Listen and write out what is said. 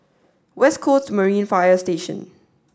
West Coast Marine Fire Station